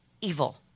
evil